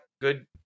good